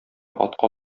атка